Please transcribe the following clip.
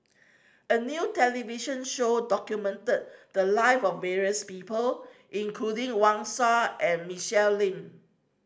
a new television show documented the live of various people including Wang Sha and Michelle Lim